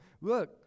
look